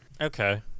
Okay